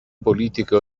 politiche